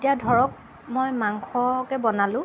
এতিয়া ধৰক মই মাংসকে বনালোঁ